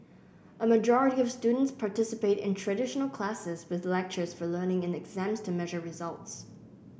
a majority of students participate in traditional classes with lectures for learning and exams to measure results